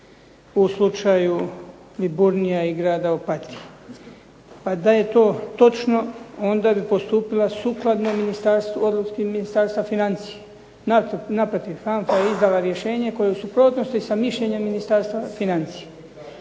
u slučaju Liburnia i grada Opatije. Pa da je to točno onda bi postupila sukladno ministarstvu, odluci Ministarstva financija. Naprotiv, HANFA je izdala rješenje koje je u suprotnosti sa mišljenjem Ministarstva financija.